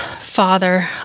Father